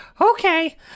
okay